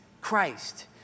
Christ